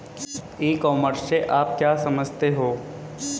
ई commerce से आप क्या समझते हो?